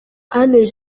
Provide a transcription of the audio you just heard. anne